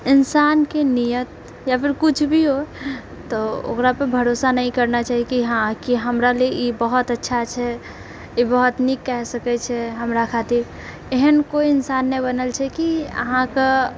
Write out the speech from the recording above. इन्सानके नीअत या फिर किछु भी हो तऽ ओकरापर भरोसा नहि करना चाही कि हँ हमराले ई बहुत अच्छा छेै ई बहुत निक कए सकैत छै हमरा खातिर एहन केओ इन्सान नहि बनल छैकि अहाँकेँ